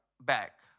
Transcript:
back